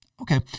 Okay